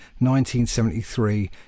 1973